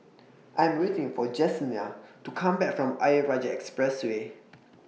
I Am waiting For Jesenia to Come Back from Ayer Rajah Expressway